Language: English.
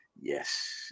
Yes